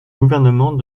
gouvernement